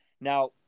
Now